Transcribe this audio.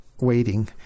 waiting